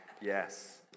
Yes